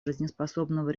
жизнеспособного